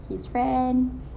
his friends